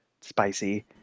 spicy